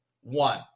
one